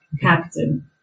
captain